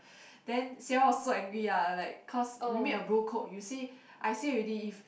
then Sierra was so angry ah like cause we made a bro code you say I say already if